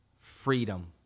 freedom